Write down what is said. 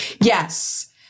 Yes